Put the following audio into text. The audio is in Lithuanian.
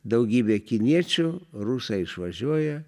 daugybė kiniečių rusai išvažiuoja